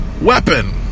Weapon